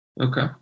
Okay